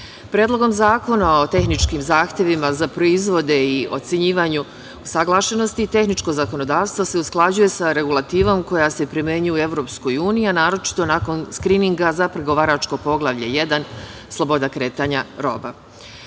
nama. Predlogom zakona o tehničkim zahtevima za proizvode i ocenjivanju usaglašenosti tehničko zakonodavstvo se usklađuje sa regulativom koja se primenjuje u EU, a naročito nakon skrininga za pregovaračko Poglavlje 1 – Sloboda kretanja